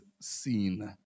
seen